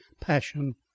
passion